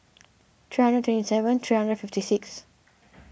three hundred twenty seven three hundred fifty six